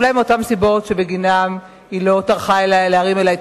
אולי מאותן סיבות שבגינן היא לא טרחה להרים אלי טלפון,